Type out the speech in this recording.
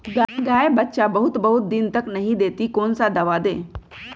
गाय बच्चा बहुत बहुत दिन तक नहीं देती कौन सा दवा दे?